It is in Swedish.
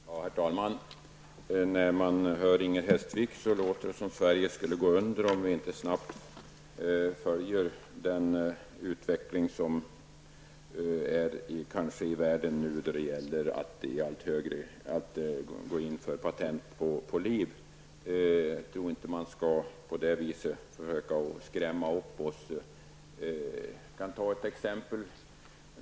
Herr talman! När man hör Inger Hestvik låter det som om Sverige skulle gå under om vi inte snabbt följer den utveckling som sker i världen när det gäller att gå in för patent på liv. Jag tror inte att man på det viset skall försöka att skrämma upp oss. Jag kan ta ett exempel.